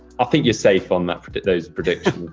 think you're safe on those predictions.